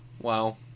Wow